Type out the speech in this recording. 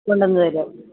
കൊണ്ട് വന്ന് തരും